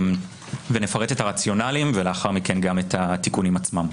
נפרט את הרציונליים ולאחר מכן את התיקונים עצמם.